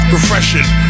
Refreshing